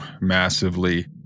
massively